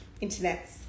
internet